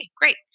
great